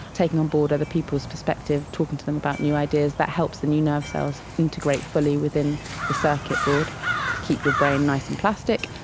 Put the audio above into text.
taking on board other people's perspective, talking to them about new ideas, that helps the new nerve cells integrate fully within the circuit board to keep your brain nice and plastic,